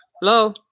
Hello